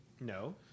No